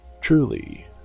truly